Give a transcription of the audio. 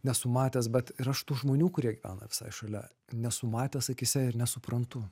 nesu matęs bet ir aš tų žmonių kurie gyvena visai šalia nesu matęs akyse ir nesuprantu